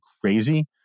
crazy